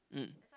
mm